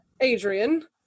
Adrian